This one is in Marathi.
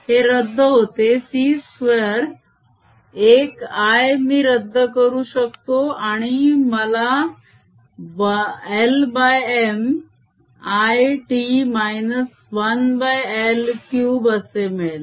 हे रद्द होते c2 एक l मी रद्द करू शकतो आणि मला l m l t 1l3 असे मिळेल